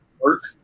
work